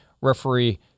referee